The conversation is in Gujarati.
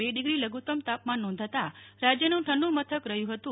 ર ડીગ્રી લઘુતમ તાપમાન નોંધાતા રાજ્યનું ઠંડુ મથક રહ્યું હતું